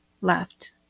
left